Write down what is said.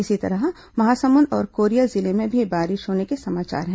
इसी तरह महासमुंद और कोरिया जिले में भी बारिश होने के समाचार हैं